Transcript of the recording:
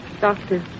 Doctor